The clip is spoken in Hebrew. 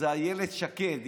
זו אילת שקד.